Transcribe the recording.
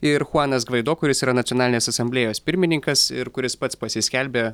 ir chuanas gvaido kuris yra nacionalinės asamblėjos pirmininkas ir kuris pats pasiskelbė